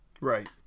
Right